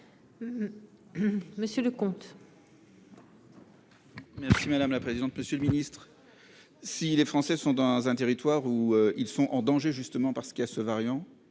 Monsieur le comte. Merci madame la présidente, monsieur le Ministre, si les Français sont dans un territoire où ils sont en danger, justement parce qu'il a ce variant